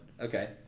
Okay